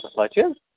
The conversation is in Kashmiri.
پَچہٕ حظ